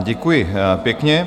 Děkuji pěkně.